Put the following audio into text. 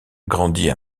grandit